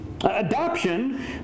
Adoption